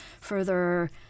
further